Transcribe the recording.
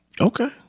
Okay